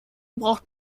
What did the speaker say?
braucht